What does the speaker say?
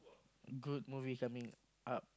good movies I mean up